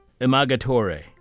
imagatore